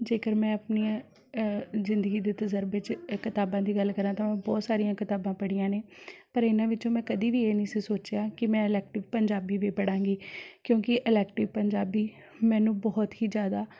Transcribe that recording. ਜੇਕਰ ਮੈਂ ਆਪਣੀਆਂ ਜ਼ਿੰਦਗੀ ਦੇ ਤਜ਼ਰਬੇ 'ਚ ਕਿਤਾਬਾਂ ਦੀ ਗੱਲ ਕਰਾਂ ਤਾਂ ਮੈਂ ਬਹੁਤ ਸਾਰੀਆਂ ਕਿਤਾਬਾਂ ਪੜ੍ਹੀਆਂ ਨੇ ਪਰ ਇਹਨਾਂ ਵਿੱਚੋਂ ਮੈਂ ਕਦੇ ਵੀ ਇਹ ਨਹੀਂ ਸੀ ਸੋਚਿਆ ਕਿ ਮੈਂ ਇਲੈੱਕਟਿਵ ਪੰਜਾਬੀ ਵੀ ਪੜ੍ਹਾਂਗੀ ਕਿਉਂਕਿ ਇਲੈੱਕਟਿਵ ਪੰਜਾਬੀ ਮੈਨੂੰ ਬਹੁਤ ਹੀ ਜ਼ਿਆਦਾ